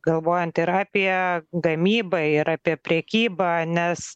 galvojant ir apie gamybą ir apie prekybą nes